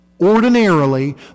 Ordinarily